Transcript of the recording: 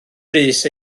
brys